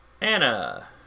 Anna